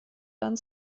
dann